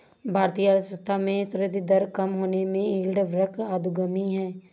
भारतीय अर्थव्यवस्था में संवृद्धि दर कम होने से यील्ड वक्र अधोगामी है